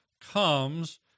comes